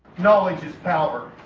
knowledge is power